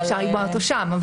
אפשר לקבוע אותו שם.